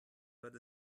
wird